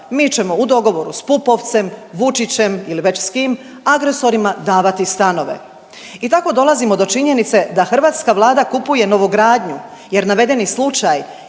mi ćemo u dogovoru s Pupovcem, Vučićem ili već s kim agresorima davati stanove. I tako dolazimo do činjenice da hrvatska Vlada kupuje novogradnju jer navedeni slučaj